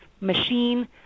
machine